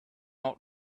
not